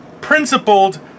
principled